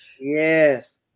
Yes